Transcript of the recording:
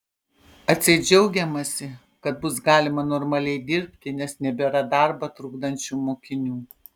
atseit džiaugiamasi kad bus galima normaliai dirbti nes nebėra darbą trukdančių mokinių